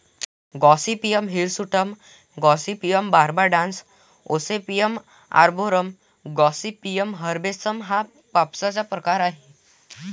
Gossypium hirsutum, Gossypium barbadense, Gossypium arboreum, Gossypium herbaceum हा कापसाचा प्रकार आहे